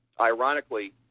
ironically